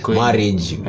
marriage